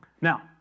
Now